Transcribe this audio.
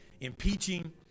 impeaching